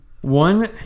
One